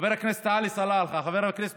חבר הכנסת עלי סלאלחה וחבר הכנסת